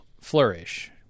flourish